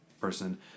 person